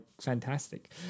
fantastic